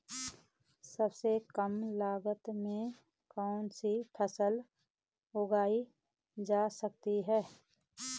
सबसे कम लागत में कौन सी फसल उगाई जा सकती है